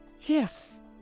Yes